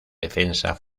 defensa